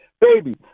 Baby